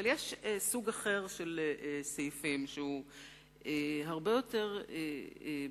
אבל יש סוג אחר של סעיפים שהוא הרבה יותר בעייתי,